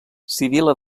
sibil·la